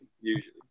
usually